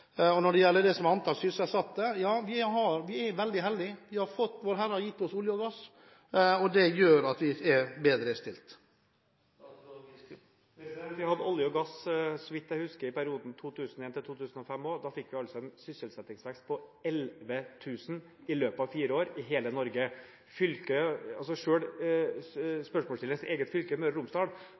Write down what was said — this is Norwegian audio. Når det gjelder antall sysselsatte, er vi veldig heldige. Vårherre har gitt oss olje og gass, og det gjør at vi er bedre stilt. Vi hadde olje og gass – så vidt jeg husker – i perioden 2001–2005 også. Da fikk vi i løpet av fire år en sysselsettingsvekst på 11 000 i hele Norge. Selv spørsmålsstillerens eget fylke, Møre og Romsdal,